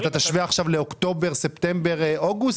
אתה תשווה עכשיו לאוקטובר, ספטמבר, אוגוסט?